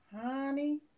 Honey